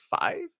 five